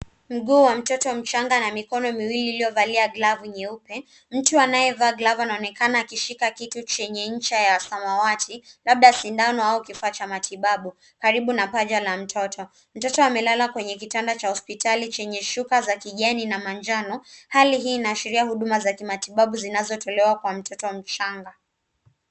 Mguu wa mtoto mchanga na mikono miwili iliyovalia glavu nyeupe. Mtu anayevaa glavu anaonekana akishika kitu chenye ncha ya samawati labda sindano au kifaa cha matibabu karibu na paja la mtoto. Mtoto amelala kwenye kitanda cha hospitali chenye shuka za kijani na manjano. Hali hii inaashiria huduma za kimatibabu zinazotolewa kwa mtoto mchanga.